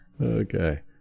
Okay